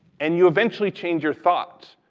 and you eventually change your thoughts,